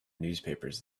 newspapers